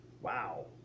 Wow